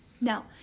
Now